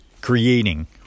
creating